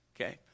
Okay